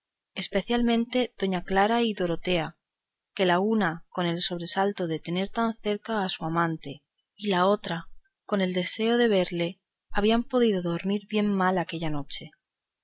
especialmente doña clara y dorotea que la una con sobresalto de tener tan cerca a su amante y la otra con el deseo de verle habían podido dormir bien mal aquella noche